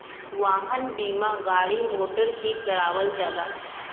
वाहन बीमा गाड़ी मोटर के करावल जाला